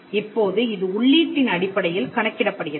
இப்போது இது உள்ளீட்டின் அடிப்படையில் கணக்கிடப்படுகிறது